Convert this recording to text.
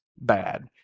bad